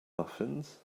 muffins